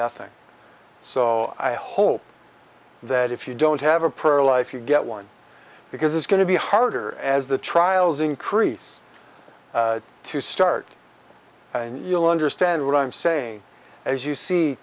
nothing so i hope that if you don't have a prayer life you get one because it's going to be harder as the trials increase to start and you'll understand what i'm saying as you see